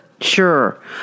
Sure